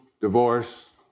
divorce